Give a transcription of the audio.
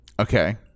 okay